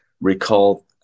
recall